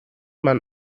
man